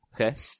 Okay